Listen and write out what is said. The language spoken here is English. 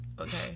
Okay